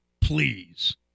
Please